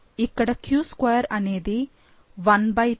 ఇక్కడ q2 అనేది 112112